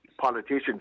politicians